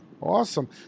awesome